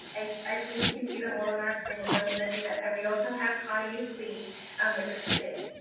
i believe you can see them all on our screen so i'm going to do that. and we also have connie lee um with us today.